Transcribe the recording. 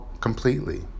completely